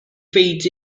feeds